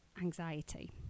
Anxiety